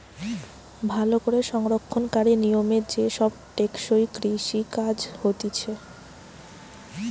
ভালো করে সংরক্ষণকারী নিয়মে যে সব টেকসই কৃষি কাজ হতিছে